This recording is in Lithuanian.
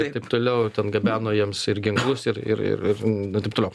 ir taip toliau ir ten gabeno jiems ir ginklus ir ir ir ir taip toliau